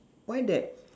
why that